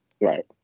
Right